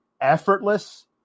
effortless